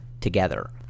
together